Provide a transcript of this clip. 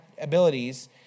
abilities